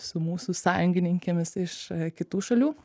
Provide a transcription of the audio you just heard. su mūsų sąjungininkėmis iš kitų šalių